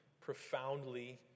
profoundly